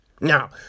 now